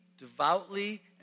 Devoutly